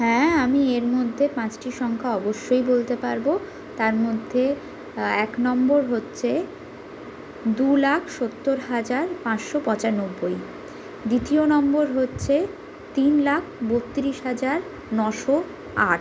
হ্যাঁ আমি এর মধ্যে পাঁচটি সংখ্যা অবশ্যই বলতে পারবো তার মধ্যে এক নম্বর হচ্ছে দু লাখ সত্তর হাজার পাঁচশো পঁচানব্বই দ্বিতীয় নম্বর হচ্ছে তিন লাখ বত্তিরিশ হাজার নশো আট